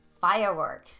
firework